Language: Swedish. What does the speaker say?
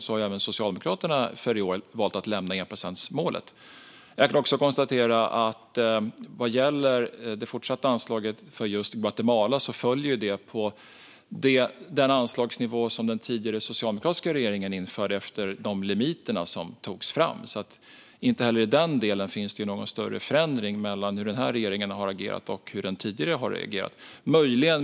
Där har även Socialdemokraterna i år valt att lämna enprocentsmålet. Jag kan också konstatera att vad gäller det fortsatta anslaget för just Guatemala följer det den anslagsnivå som den tidigare socialdemokratiska regeringen införde efter de limiter som togs fram. Inte heller i den delen finns det alltså någon större skillnad mellan hur den här regeringen och den tidigare regeringen har agerat.